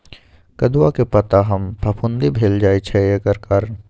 कदुआ के पता पर फफुंदी भेल जाय छै एकर कारण?